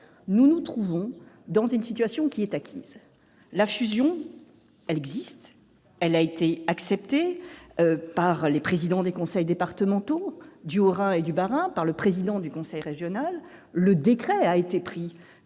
Nous nous trouvons dans une situation qui est acquise : la fusion existe ; elle a été acceptée par les présidents des conseils départementaux du Haut-Rhin et du Bas-Rhin, et par le président du conseil régional ; le décret a été pris